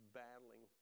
battling